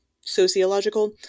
sociological